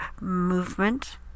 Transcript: movement